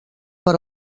per